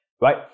right